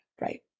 Right